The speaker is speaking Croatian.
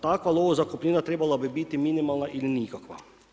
Takva lovo zakupnina trebala bi biti minimalna ili nikakva.